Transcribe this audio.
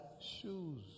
shoes